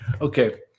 Okay